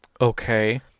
Okay